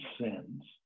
sins